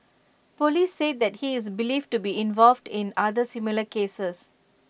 Police said that he is believed to be involved in other similar cases